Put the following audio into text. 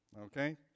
Okay